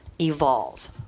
evolve